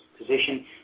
position